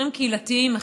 מחירים קהילתיים,